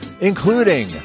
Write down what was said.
including